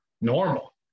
normal